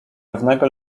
pewnego